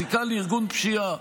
זיקה לארגון פשיעה,